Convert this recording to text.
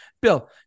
Bill